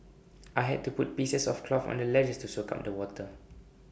I had to put pieces of cloth on the ledges to soak up the water